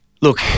Look